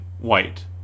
white